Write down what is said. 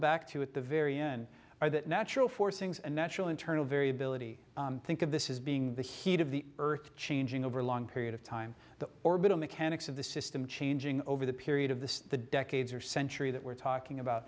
back to at the very end or that natural forcings and natural internal variability think of this is being the heat of the earth changing over a long period of time the orbital mechanics of the system changing over the period of the the decades or century that we're talking about